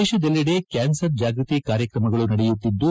ದೇಶದಲ್ಲಿಡೆ cancer ಜಾಗ್ಸತಿ ಕಾರ್ಯಕ್ರಮಗಳು ನಡೆಯುತ್ತಿದ್ದು